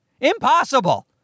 Impossible